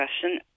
question